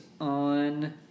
on